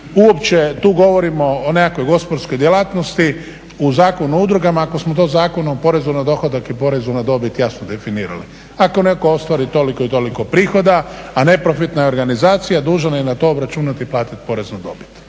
uopće tu govorimo o nekakvoj gospodarskoj djelatnosti u Zakonu o udrugama ako smo to Zakonom o porezu na dohodak i porezu na dobit jasno definirali. Ako netko ostvari toliko i toliko prihoda, a neprofitna je organizacija dužan je na to obračunati i platiti porez na dobit.